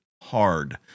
hard